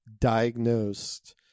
Diagnosed